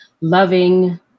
loving